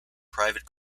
private